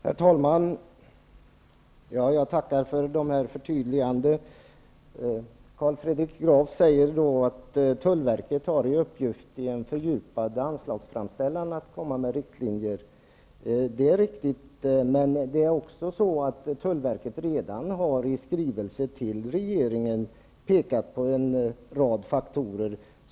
Herr talman! Jag tackar för Carl Fredrik Grafs förtydliganden. Han säger att tullverket har i uppgift att i en fördjupad anslagsframställan komma med riktlinjer. Det är riktigt, men tullverket har redan i skrivelse till regeringen pekat på en rad faktorer.